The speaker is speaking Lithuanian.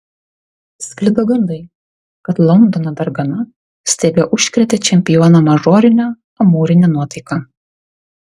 sklido gandai kad londono dargana staiga užkrėtė čempioną mažorine amūrine nuotaika